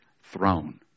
throne